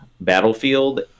battlefield